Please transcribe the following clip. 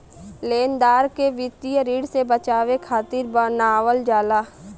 लेनदार के वित्तीय ऋण से बचावे खातिर बनावल जाला